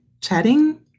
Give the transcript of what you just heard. chatting